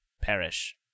perish